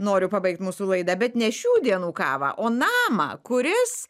noriu pabaigt mūsų laidą bet ne šių dienų kavą o namą kuris